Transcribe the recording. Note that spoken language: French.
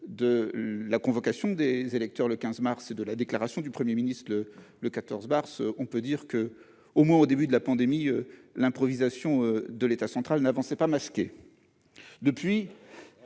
la convocation des électeurs le 15 mars et la déclaration du Premier ministre du 14 mars, on peut dire que, au moins au début de la pandémie, l'improvisation de l'État central n'avançait pas masquée